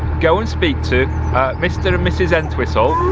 go and speak to mr. and mrs. entwistle.